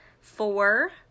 four